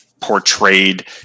portrayed